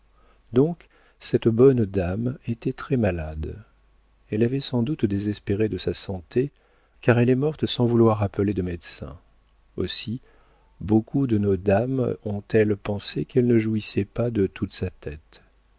donc cette bonne dame était très malade elle avait sans doute désespéré de sa santé car elle est morte sans vouloir appeler de médecins aussi beaucoup de nos dames ont-elles pensé qu'elle ne jouissait pas de toute sa tête